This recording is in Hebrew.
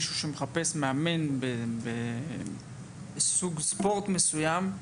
עבור מישהו שמחפש מאמן בסוג ספורט מסוים,